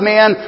Man